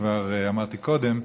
כבר אמרתי קודם: